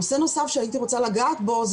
נושא נוסף שהייתי רוצה לגעת בו הוא